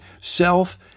self